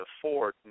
afford